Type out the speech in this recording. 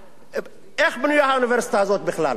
איך בנויה האוניברסיטה הזאת בכלל?